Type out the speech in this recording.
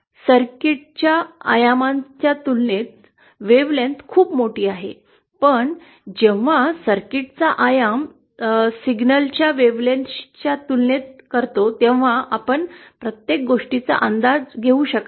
सर्किटच्या आयामांच्या तुलनेत तरंगलांबी खूप मोठी आहे पण जेव्हा सर्किटचा आयाम सिग्नलच्या तरंगलांबी शी तुलना करतो तेव्हा आपण प्रत्येक गोष्टीचा अंदाज घेऊ शकत नाही